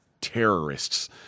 terrorists